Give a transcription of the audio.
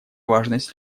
важность